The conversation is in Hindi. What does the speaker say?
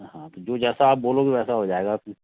हाँ जो जैसा आप बोलोगे वैसा हो जाएगा अपने